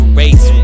race